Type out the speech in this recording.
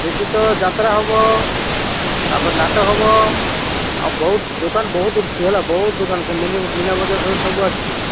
ସେଠି ତ ଯାତ୍ରା ହେବ ତା'ପରେ ନାଟ ହେବ ଆଉ ବହୁତ ଦୋକାନ ବହୁତ ଉଠିଛି ହେଲା ବହୁତ ଦୋକାନ ସେ ମିନା ବଜାର ଫଜାର ସବୁ ଆସିଛି